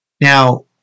Now